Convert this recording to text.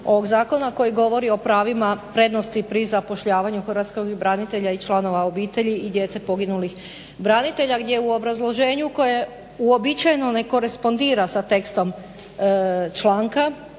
ovog zakona koji govori o pravima prednosti pri zapošljavanju hrvatskog branitelja i članova obitelji i djece poginulih branitelja gdje u obrazloženju koje uobičajeno ne korespondira sa tekstom članka